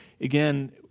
again